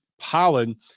pollen